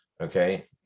okay